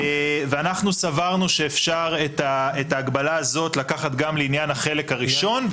ואנחנו סברנו שאפשר את ההגבלה הזו לקחת גם לעניין החלק הראשון,